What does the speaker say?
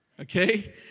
Okay